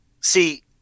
See